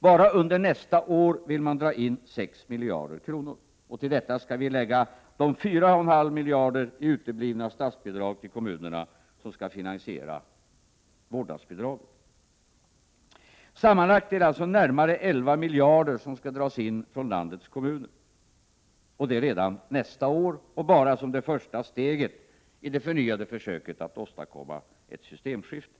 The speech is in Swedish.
Bara under nästa år vill man dra in 6 miljarder kronor, och till det skall vi lägga de 4,5 miljarder i uteblivna statsbidrag till kommunerna som skall finansiera vårdnadsbidraget. Sammanlagt är det alltså närmare 11 miljarder kronor som skall dras in från landets kommuner — och det redan nästa år, och bara som det första steget i det förnyade försöket att åstadkomma ett systemskifte.